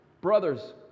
Brothers